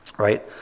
Right